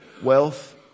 wealth